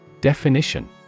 Definition